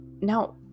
no